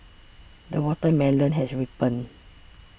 the watermelon has ripened